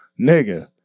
Nigga